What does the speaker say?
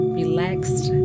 relaxed